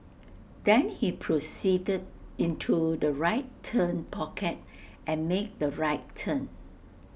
then he proceeded into the right turn pocket and made the right turn